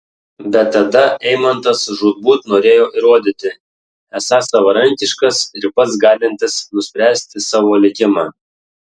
bet tada eimantas žūtbūt norėjo įrodyti esąs savarankiškas ir pats galintis nuspręsti savo likimą